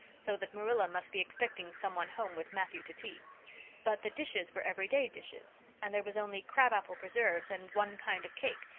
so that marilla must be expecting some one home with matthew to tea but the dishes were everyday dishes and there was only crab-apple preserves and one kind of cake,